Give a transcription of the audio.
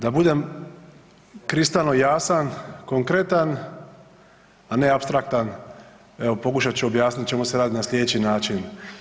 Da budem kristalno jasan, konkretan, a ne apstraktan evo pokušat ću objasniti o čemu se radi na slijedeći način.